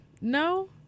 No